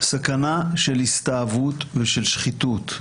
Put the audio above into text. סכנה של הסתאבות ושל שחיתות.